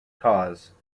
cause